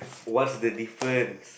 what's the difference